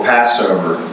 Passover